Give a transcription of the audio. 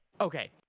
Okay